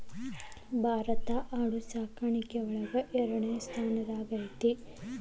ಭಾರತಾ ಆಡು ಸಾಕಾಣಿಕೆ ಒಳಗ ಎರಡನೆ ಸ್ತಾನದಾಗ ಐತಿ